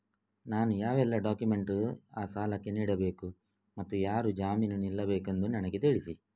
ನಾನು ಯಾವೆಲ್ಲ ಡಾಕ್ಯುಮೆಂಟ್ ಆ ಸಾಲಕ್ಕೆ ನೀಡಬೇಕು ಮತ್ತು ಯಾರು ಜಾಮೀನು ನಿಲ್ಲಬೇಕೆಂದು ನನಗೆ ತಿಳಿಸಿ?